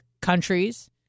countries